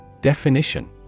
Definition